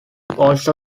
also